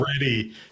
ready